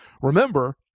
Remember